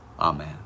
Amen